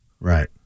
Right